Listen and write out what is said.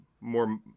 more